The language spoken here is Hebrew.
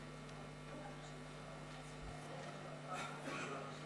ערב טוב,